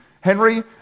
Henry